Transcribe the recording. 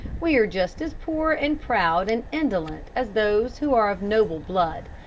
we are just as poor and proud and indolent as those who are of noble blood.